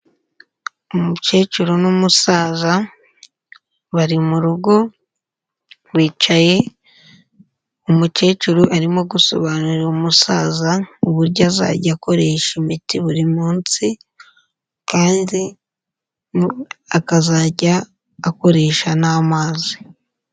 Umukecuru n'umusaza bari mu rugo baricaye, umukecuru arimo gusobanurira umusaza uburyo azajya akoresha imiti buri munsi kandi akazajya akoresha n'amazi.